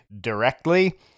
directly